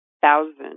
thousand